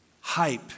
hype